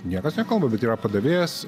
niekas nekalba bet yra padavėjas